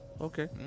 okay